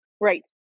Right